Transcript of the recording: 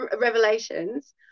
revelations